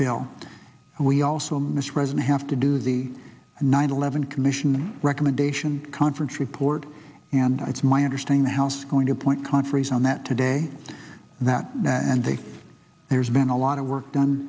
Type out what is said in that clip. and we also miss resin have to do the nine eleven commission recommendation conference report and it's my understanding the house going to appoint conferees on that today that and they there's been a lot of work done